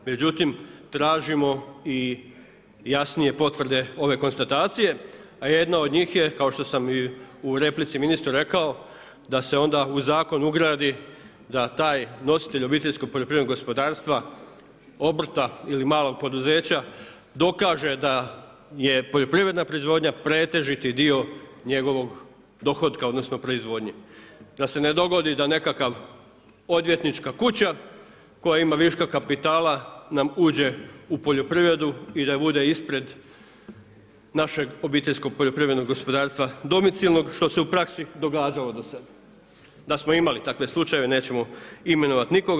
Međutim, tražimo i jasnije potvrde ove konstatacije, a jedna od njih je kao što sam u replici ministru rekao, da se onda u zakon ugradi da taj nositelj obiteljskog poljoprivrednog gospodarstva obrta ili malog poduzeća dokaže da je poljoprivredna proizvodnja pretežiti dio njegovog dohotka odnosno proizvodnje, da se ne dogodi da nekakav odvjetnička kuća koja ima viška kapitala nam uđe u poljoprivredu i da bude ispred našeg obiteljskog poljoprivrednog gospodarstva domicilnog što se u praksi događalo da smo imali takve slučajeve nećemo imenovati nikoga.